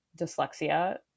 dyslexia